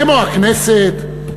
כמו הכנסת,